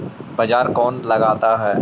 बाजार कौन लगाता है?